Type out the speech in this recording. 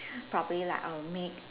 probably like I will make